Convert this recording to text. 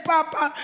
Papa